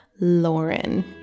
Lauren